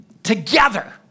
Together